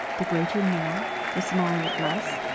the greater more, the smaller less?